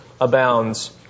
abounds